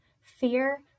Fear